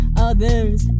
others